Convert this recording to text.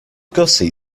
gussie